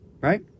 right